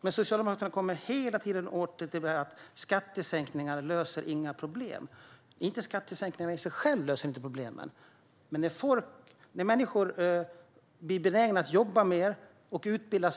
Men Socialdemokraterna kommer hela tiden tillbaka till att skattesänkningar inte löser några problem. Skattesänkningarna i sig själva löser inte problemen, men de gör att människor blir benägna att jobba mer och att utbilda sig.